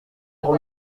pour